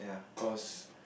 I was